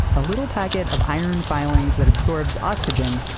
a little packet of iron filings that absorbs oxygen,